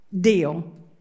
deal